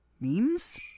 Memes